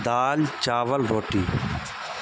دال چاول روٹی